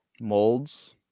Molds